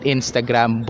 Instagram